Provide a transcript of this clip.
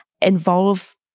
involve